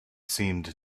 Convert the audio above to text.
seemed